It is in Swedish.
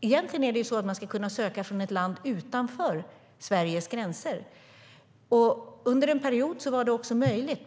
egentligen kunna söka från ett land utanför Sveriges gränser. Under en period var det också möjligt.